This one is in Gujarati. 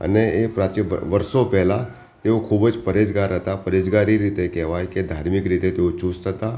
અને એ પ્રાચી વર્ષો પહેલાં તેઓ ખૂબ જ પરહેજગાર હતા પરહેજગાર એ રીતે કહેવાય કે ધાર્મિક રીતે તેઓ ચૂસ્ત હતા